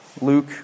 Luke